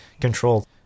control